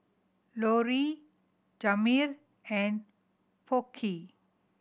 Lori Jamar and Burke